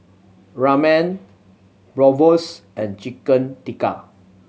Ramen Bratwurst and Chicken Tikka